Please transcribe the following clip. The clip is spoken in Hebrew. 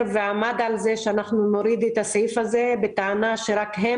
ועמדה על כך שנוריד את הסעיף הזה בטענה שרק הם